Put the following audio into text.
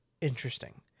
interesting